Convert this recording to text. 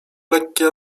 lekkie